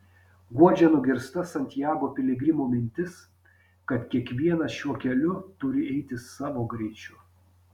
guodžia nugirsta santiago piligrimų mintis kad kiekvienas šiuo keliu turi eiti savo greičiu